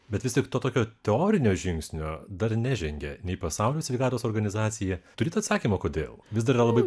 bet vis tik tokio teorinio žingsnio dar nežengė nei pasaulio sveikatos organizacija turite atsakymą kodėl vis dar labai